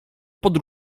pod